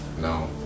No